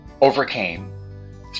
overcame